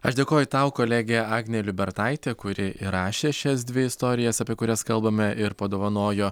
aš dėkoju tau kolegė agnė liubertaitė kuri įrašė šias dvi istorijas apie kurias kalbame ir padovanojo